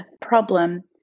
problem